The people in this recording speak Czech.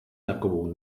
takovou